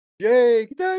Jake